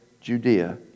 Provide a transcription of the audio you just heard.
Judea